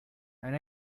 and